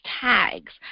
tags